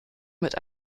mit